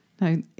no